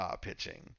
pitching